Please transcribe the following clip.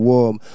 Warm